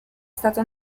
stato